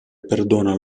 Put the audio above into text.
perdona